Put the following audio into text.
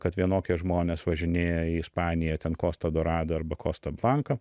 kad vienokie žmonės važinėja į ispaniją ten kosta dorado arba kosta blanka